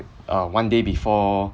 uh one day before